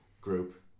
group